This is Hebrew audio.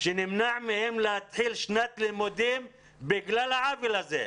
שנמנע מהם להתחיל שנת לימודים בגלל העוול הזה.